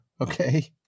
Okay